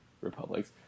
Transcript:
republics